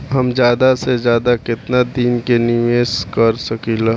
हम ज्यदा से ज्यदा केतना दिन के निवेश कर सकिला?